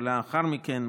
ולאחר מכן,